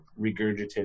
regurgitated